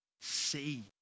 see